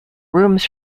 rooms